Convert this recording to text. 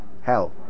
hell